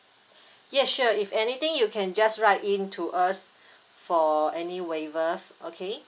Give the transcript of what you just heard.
yes sure if anything you can just write in to us for any waiver okay